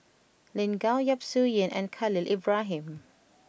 Lin Gao Yap Su Yin and Khalil Ibrahim